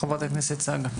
חברת הכנסת צגה.